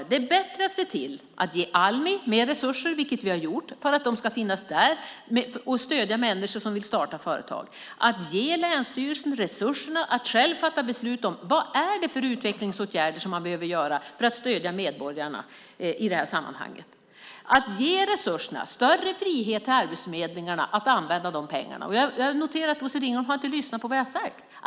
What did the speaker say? Det är bättre att se till att ge Almi mer resurser, vilket vi har gjort för att de ska finnas där och stödja människor som vill starta företag, att ge länsstyrelsen resurserna att själv fatta beslut om vad det är för utvecklingsåtgärder man behöver vidta för att stödja medborgarna i sammanhanget. Det handlar om att ge resurser och större frihet till arbetsförmedlingarna att använda pengarna. Jag noterar att Bosse Ringholm inte har lyssnat på vad jag har sagt.